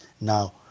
now